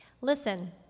listen